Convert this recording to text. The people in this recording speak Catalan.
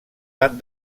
van